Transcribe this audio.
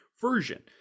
version